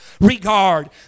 regard